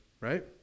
right